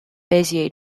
bezier